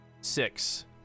six